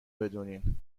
بدونید